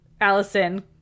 allison